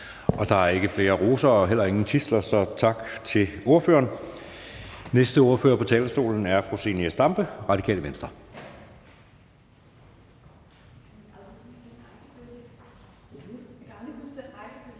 Der er ikke flere roser og heller ingen tidsler, så tak til ordføreren. Næste ordfører på talerstolen er fru Zenia Stampe, Radikale Venstre.